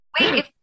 Wait